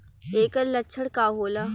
ऐकर लक्षण का होला?